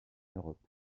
europe